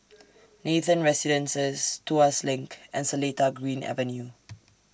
Nathan Residences Tuas LINK and Seletar Green Avenue